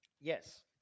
Yes